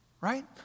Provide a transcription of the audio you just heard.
right